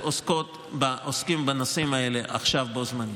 עוסקות בנושאים האלה עכשיו בו זמנית.